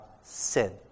sin